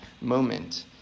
moment